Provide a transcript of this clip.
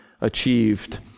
achieved